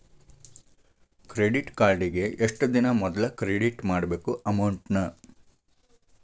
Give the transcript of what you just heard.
credit ಕಾರ್ಡಿಗಿ ಎಷ್ಟ ದಿನಾ ಮೊದ್ಲ ಕ್ರೆಡಿಟ್ ಮಾಡ್ಬೇಕ್ ಅಮೌಂಟ್ನ